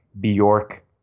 Bjork